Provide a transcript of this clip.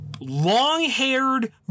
Long-haired